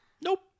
Nope